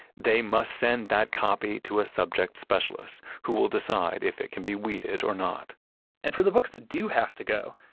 they must send that copy to a subject specialist, who will decide if it can be weeded or not and for the books that do have to go,